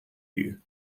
you